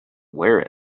wear